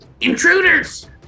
intruders